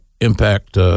impact